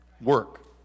Work